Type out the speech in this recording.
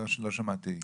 לא שמעתי.